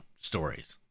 stories